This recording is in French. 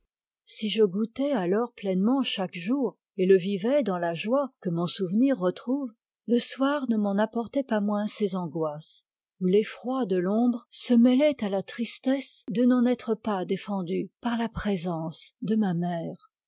si je goûtais alors pleinement chaque jour et le vivais dans la joie que mon souvenir retrouve le soir ne m'en apportait pas moins ses angoisses où l'effroi de l'ombre se mêlait à la tristesse de n'en être pas défendu par la présence de ma mère